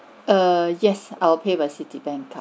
err yes I will pay by citibank card